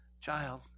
child